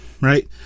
right